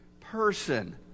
person